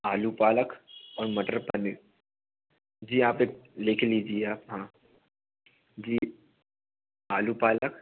आलू पालक और मटर पनीर जी आप लिख लीजिये आप हाँ जी आलू पालक